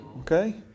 Okay